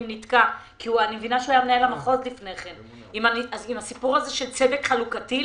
נתקע עם הסיפור הז השל צדק חלוקתי?